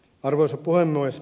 arvoisa puhemies